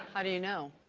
how do you know?